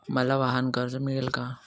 मला वाहनकर्ज मिळेल का?